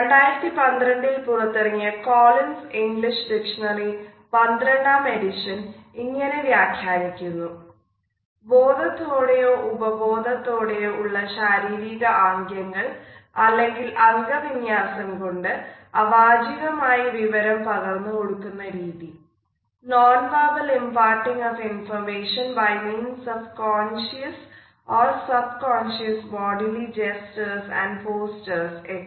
2012 ൽ പുറത്തിറങ്ങിയ Collins English dictionary പന്ത്രണ്ടാം എഡിഷൻ ഇങ്ങനെ വ്യാഖ്യാനിക്കുന്നു "ബോധത്തോടെയോ ഉപബോധത്തോടെയോ ഉള്ള ശാരീരിക ആംഗ്യങ്ങൾ അല്ലെങ്കിൽ അംഗ വിന്യാസം കൊണ്ട് അവാച്ചികം ആയി വിവരം പകർന്നു കൊടുക്കുന്ന രീതി" Nonverbal imparting of information by means of conscious or subconscious bodily gestures and postures etc